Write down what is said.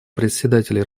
председателей